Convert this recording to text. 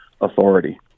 authority